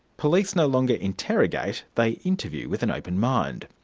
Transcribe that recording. police no longer interrogate, they interview with an open mind.